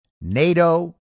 NATO